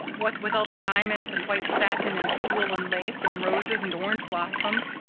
what with all the diamonds and white satin and tulle and lace and roses and orange blossoms,